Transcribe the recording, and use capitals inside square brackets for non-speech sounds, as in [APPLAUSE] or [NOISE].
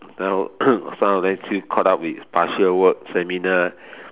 now [COUGHS] some of them still caught up with partial work seminar